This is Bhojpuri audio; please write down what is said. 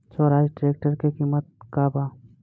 स्वराज ट्रेक्टर के किमत का बा?